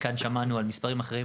כאן שמענו על מספרים אחרים,